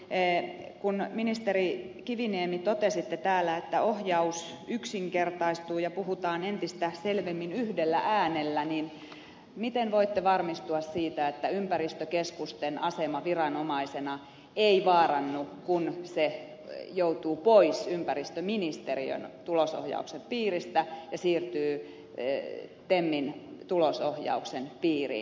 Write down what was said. kun ministeri kiviniemi totesitte täällä että ohjaus yksinkertaistuu ja puhutaan entistä selvemmin yhdellä äänellä miten voitte varmistua siitä että ympäristökeskusten asema viranomaisena ei vaarannu kun ne joutuvat pois ympäristöministeriön tulosohjauksen piiristä ja siirtyvät temmin tulosohjauksen piiriin